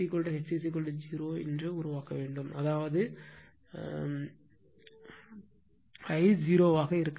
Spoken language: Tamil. B H 0 ஐ உருவாக்க வேண்டும் அதாவது I 0 ஆக இருக்க வேண்டும்